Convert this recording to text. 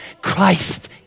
Christ